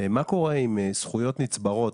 מה קורה עם זכויות נצברות?